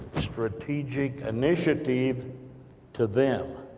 strategic initiative to them.